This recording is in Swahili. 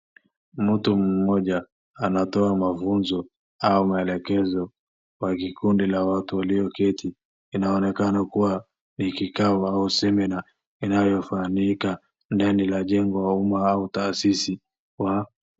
Mtu mmoja anatoa mafunzo au mwelekezo kwa kikundi la watu walioketi. Inaonekana kuwa ni kikao au semina inayofanyika ndani la jengo la uma au taasisi wa.